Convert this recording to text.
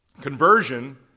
conversion